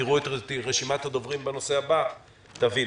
כשתראו את רשימת הדוברים בנושא הבא תבינו.